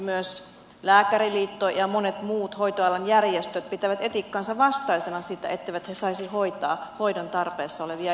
myös lääkäriliitto ja monet muut hoitoalan järjestöt pitävät etiikkansa vastaisena sitä etteivät he saisi hoitaa hoidon tarpeessa olevia ihmisiä